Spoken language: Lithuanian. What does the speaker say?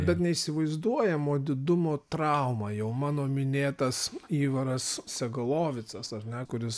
bet neįsivaizduojamo didumo trauma jau mano minėtas įvaras segalovicas ar ne kuris